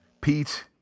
pete